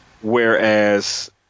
Whereas